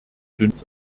dünnes